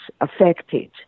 affected